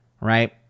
right